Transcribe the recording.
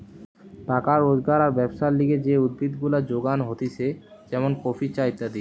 টাকা রোজগার আর ব্যবসার লিগে যে উদ্ভিদ গুলা যোগান হতিছে যেমন কফি, চা ইত্যাদি